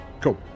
Cool